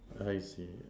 I see